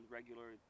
regular